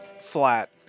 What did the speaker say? flat